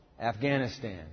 Afghanistan